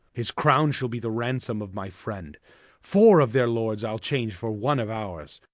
his crowne shall be the ransome of my friend foure of their lords ile change for one of ours.